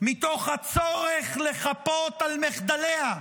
מתוך הצורך לחפות על מחדליה,